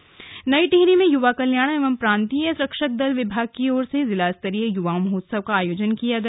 युवा महोत्सव नई टिहरी में युवा कल्याण एवं प्रांतीय रक्षक दल विभाग की ओर से जिलास्तरीय युवा महोत्सव का आयोजन किया गया